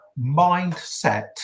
mindset